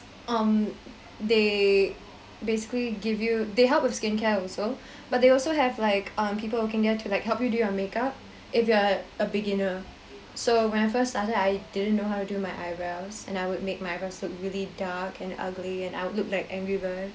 um they basically give you they help with skincare also but they also have like um people working there to like help you do your make up if you are a beginner so when I first started I didn't know how to do my eyebrows and I would make my brows look really dark and ugly and I would look like angry bird